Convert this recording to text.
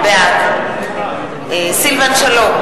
בעד סילבן שלום,